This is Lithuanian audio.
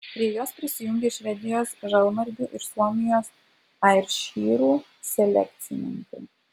prie jos prisijungė švedijos žalmargių ir suomijos airšyrų selekcininkai